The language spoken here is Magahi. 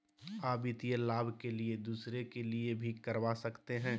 आ वित्तीय लाभ के लिए दूसरे के लिए भी करवा सकते हैं?